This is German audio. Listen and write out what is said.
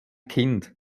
kind